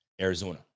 Arizona